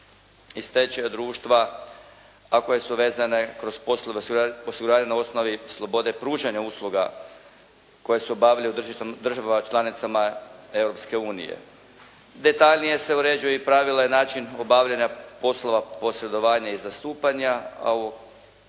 i stečaju društva a koje su vezane kroz poslove osiguranja na osnovi slobode pružanja usluga koje se obavljaju u državama članicama Europske unije. Detaljnije se uređuju i pravila i način obavljanja poslova posredovanja i zastupanja, a u